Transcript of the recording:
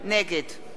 מאיר שטרית,